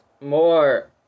more